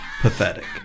Pathetic